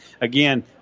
again